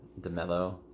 DeMello